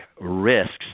risks